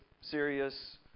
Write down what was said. serious